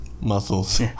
muscles